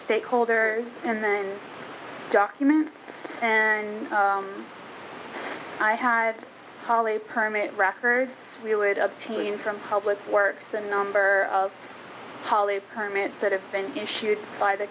stakeholders and then documents and i have a permit records we would obtain from public works a number of holiday permits that have been issued by the